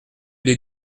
les